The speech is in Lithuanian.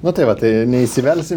nu tai va neįsivelsim